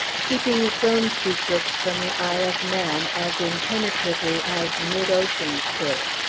keeping its own secrets from the eye of man, as impenetrably as mid-ocean could.